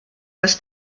das